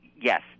Yes